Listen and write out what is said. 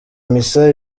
misa